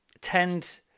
tend